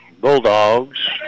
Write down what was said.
Bulldogs